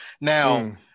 Now